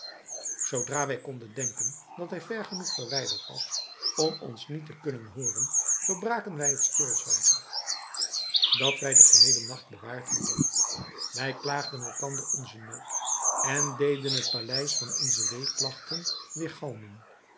zoodra wij konden denken dat hij ver genoeg verwijderd was om ons niet te kunnen hooren verbraken wij het stilzwijgen dat wij den geheelen nacht bewaard hadden wij klaagden elkander onzen nood en deden het paleis van onze